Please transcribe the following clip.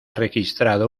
registrado